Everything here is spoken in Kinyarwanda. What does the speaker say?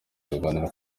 ibiganiro